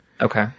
Okay